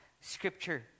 Scripture